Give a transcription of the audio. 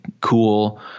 cool